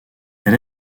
elle